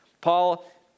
Paul